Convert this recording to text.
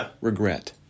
Regret